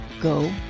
Go